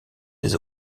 des